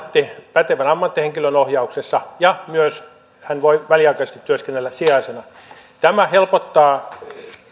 pätevän ammattihenkilön ohjauksessa ja myös hän voi väliaikaisesti työskennellä sijaisena tämä helpottaa